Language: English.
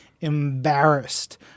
embarrassed